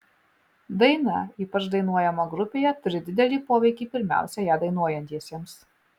daina ypač dainuojama grupėje turi didelį poveikį pirmiausia ją dainuojantiesiems